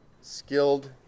skilled